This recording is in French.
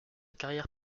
carrière